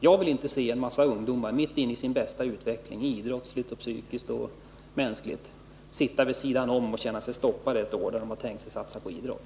Jag vill inte se en mängd ungdomar i sin bästa utveckling — idrottsligt, psykiskt och mänskligt — sitta vid sidan om och känna sig stoppade ett år, när de har tänkt sig att satsa på idrott.